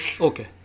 Okay